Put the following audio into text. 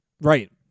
Right